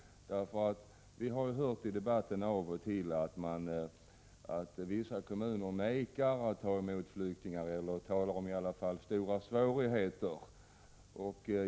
Av och till har man ju hört i debatten att vissa kommuner vägrar ta emot flyktingar, eller i alla fall talar om stora svårigheter.